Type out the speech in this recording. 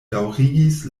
daŭrigis